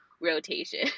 rotation